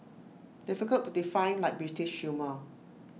difficult to define like British humour